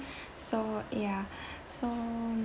so ya so